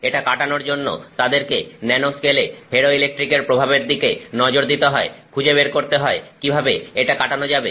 এটা কাটানোর জন্য তাদেরকে ন্যানো স্কেলে ফেরোইলেকট্রিকের প্রভাবের দিকে নজর দিতে হয় খুঁজে বের করতে হয় কিভাবে এটা কাটানো যাবে